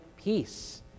peace